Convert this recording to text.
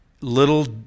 little